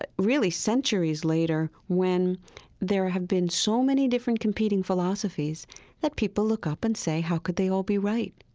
but really, centuries later when there have been so many different competing philosophies that people look up and say, how could they all be right?